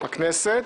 הכנסת